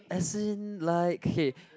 as in like K